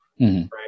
right